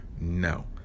no